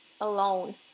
alone